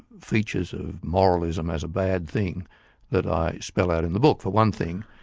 features of moralism as a bad thing that i spell out in the book. for one thing,